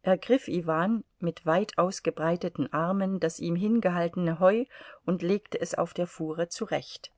ergriff iwan mit weit ausgebreiteten armen das ihm hingehaltene heu und legte es auf der fuhre zurecht